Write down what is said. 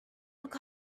look